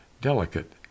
delicate